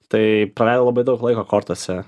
tai praleidau labai daug laiko kortose